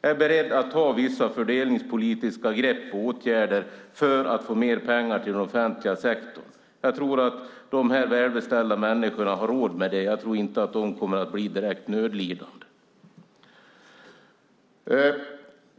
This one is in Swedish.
Jag är beredd att vidta vissa fördelningspolitiska åtgärder och grepp för att få mer pengar till den offentliga sektorn. Jag tror att de här välbeställda människorna har råd med det, jag tror inte att de kommer att bli direkt nödlidande.